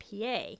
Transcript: PA